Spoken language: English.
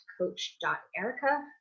coach.erica